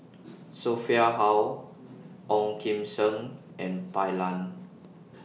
Sophia Hull Ong Kim Seng and Bai Lan